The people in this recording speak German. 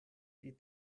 die